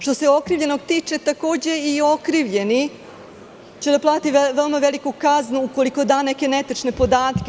Što se okrivljenog tiče, takođe i okrivljeni će da plati veliku kaznu ukoliko da neke netačne podatke.